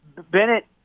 Bennett